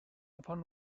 upon